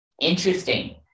Interesting